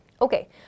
Okay